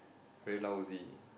very lousy